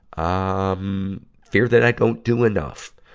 um fear that i don't do enough.